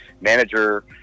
manager